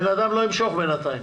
בן אדם לא ימשוך בינתיים.